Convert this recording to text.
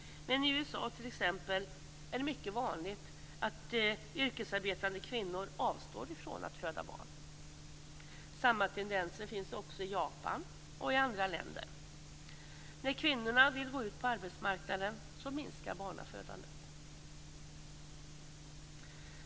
Men i t.ex. USA är det mycket vanligt att yrkesarbetande kvinnor avstår från att föda barn. Samma tendenser finns i Japan och i andra länder. När kvinnorna vill gå ut på arbetsmarknaden minskar barnafödandet.